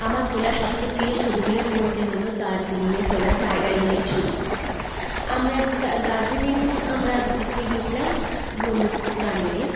আমার তোলা সবচেয়ে প্রিয় ছবিগুলোর মধ্যে হলো দার্জিলিঙে তোলা টাইগার হিলের ছবি আমরা দার্জিলিং আমরা ঘুরতে গিয়েছিলাম বন্ধুরা মিলে